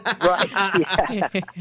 Right